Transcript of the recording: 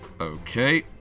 okay